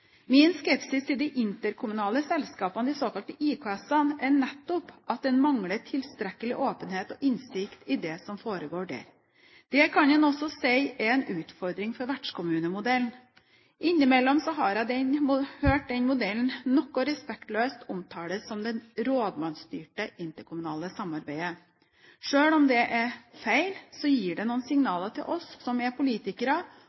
Min skepsis til de interkommunale selskapene, de såkalt IKS-ene, er nettopp at en mangler tilstrekkelig åpenhet og innsikt i det som foregår der. Det kan en også si er en utfordring for vertskommunemodellen. Innimellom har jeg hørt den modellen noe respektløst omtalt som det rådmannsstyrte interkommunale samarbeidet. Selv om det er feil, gir det noen